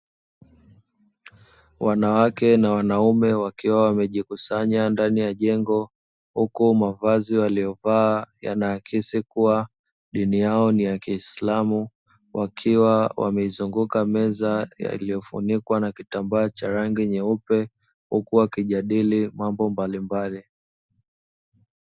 Wanawake na wanaume wakiwa wamejikusanya ndani ya jengo, huku mavazi waliyovaa yanaakisi kuwa dini yao ni ya Kiislamu. Wakiwa wamezunguka meza iliyofunikwa na kitambaa cha rangi nyeupe, huku wakijadili mambo mbalimbali.